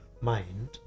mind